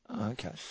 okay